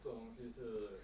这种东西是